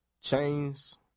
chains